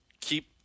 keep